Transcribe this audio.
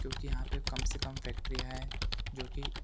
क्योंकि यहाँ पर कम से कम फैक्ट्रियाँ हैं जो की